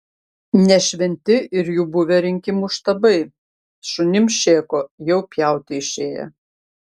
ne šventi ir jų buvę rinkimų štabai šunims šėko jau pjauti išėję